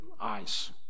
eyes